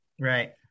Right